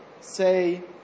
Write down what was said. say